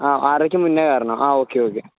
ആ ആറരയ്ക്ക് മുന്നേ കയറണം ആ ഓക്കെ ഓക്കെ